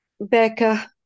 Becca